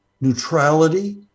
neutrality